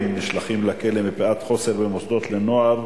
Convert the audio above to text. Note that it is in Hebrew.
נשלחים לכלא בשל חוסר במוסדות לנוער